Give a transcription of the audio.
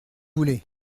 voulez